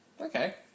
Okay